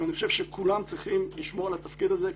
ואני חושב שכולם צריכים לשמור על התפקיד הזה,